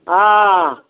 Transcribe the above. हँ